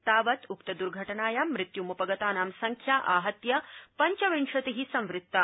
तावत् उक्त दर्घटनायां मृत्युम्पगतानां संख्या आहत्य पंचविंशति संवृत्ता